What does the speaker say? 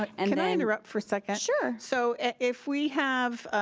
but and and i interrupt for a second. sure. so if we have,